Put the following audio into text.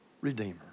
redeemer